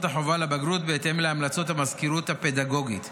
החובה לבגרות בהתאם להמלצות המזכירות הפדגוגית.